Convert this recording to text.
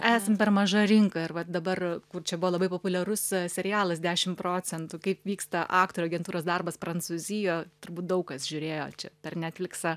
esam per maža rinka ir vat dabar kur čia buvo labai populiarus serialas dešim procentų kaip vyksta aktorių agentūros darbas prancūzijo turbūt daug kas žiūrėjo čia per netfliksą